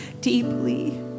deeply